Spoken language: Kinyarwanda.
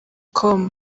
com